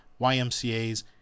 YMCAs